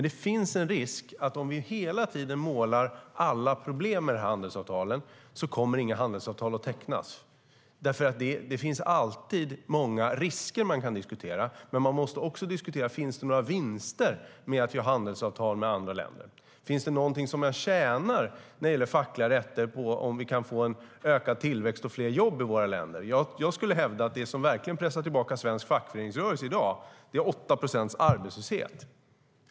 Det finns en risk att om vi hela tiden målar upp alla problem med handelsavtalen kommer inga handelsavtal att tecknas, för det finns alltid många risker man kan diskutera. Man måste också diskutera om det finns några vinster med att teckna handelsavtal med andra länder. Finns det någonting som vi tjänar på när det gäller fackliga rättigheter om vi kan få en ökad tillväxt och fler jobb i våra länder? Jag skulle hävda att det som verkligen pressar tillbaka svensk fackföreningsrörelse i dag är 8 procents arbetslöshet.